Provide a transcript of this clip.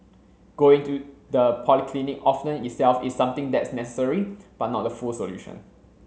going to the polyclinic often itself is something that's necessary but not the full solution